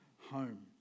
home